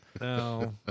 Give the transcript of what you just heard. No